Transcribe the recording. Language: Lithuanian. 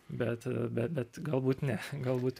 bet be bet galbūt ne galbūt